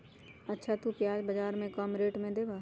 अच्छा तु प्याज बाजार से कम रेट में देबअ?